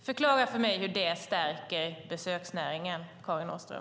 Förklara för mig hur det stärker besöksnäringen, Karin Åström.